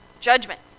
judgment